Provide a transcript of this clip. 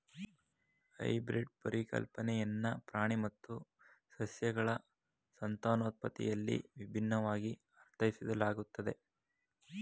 hybrid ಪರಿಕಲ್ಪನೆಯನ್ನ ಪ್ರಾಣಿ ಮತ್ತು ಸಸ್ಯಗಳ ಸಂತಾನೋತ್ಪತ್ತಿಯಲ್ಲಿ ವಿಭಿನ್ನವಾಗಿ ಅರ್ಥೈಸಲಾಗುತ್ತೆ